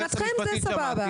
ומבחינתכם זה סבבה,